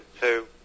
two